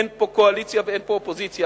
אין פה קואליציה ואין פה אופוזיציה,